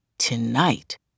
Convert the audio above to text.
Tonight